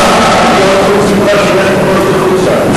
לא,